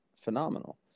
phenomenal